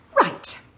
Right